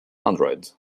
android